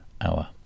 Hour